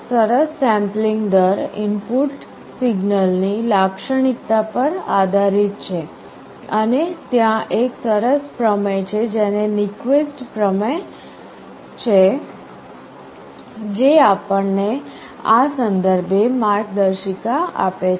સરસ સેમ્પલિંગ દર ઇનપુટ સિગ્નલની લાક્ષણિકતા પર આધારીત છે અને ત્યાં એક સરસ પ્રમેય છે જેને Nyquist પ્રમેય છે જે આપણને આ સંદર્ભે માર્ગદર્શિકા આપે છે